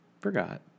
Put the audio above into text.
forgot